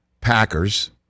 Packers